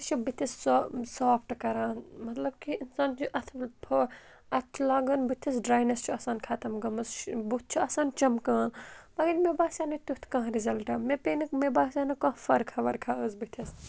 سُہ چھُ بٕتھِس سۄ سافٹ کَران مطلب کہِ اِنسان چھُ اَتھ منٛز اَتھ چھُ لاگُن بٕتھِس ڈرٛاینیٚس چھُ آسان ختم گٔمٕژ بُتھ چھُ آسان چَمکان مگر مےٚ باسیٛو نہٕ تیُتھ کانٛہہ رِزَلٹا مےٚ پیٚیِکھ مےٚ باسیٛو نہٕ کانٛہہ فرکھا وَرکھا ٲس بٕتھِس